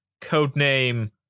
codename